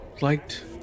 liked